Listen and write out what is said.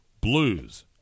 blues